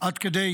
עד כדי